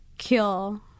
kill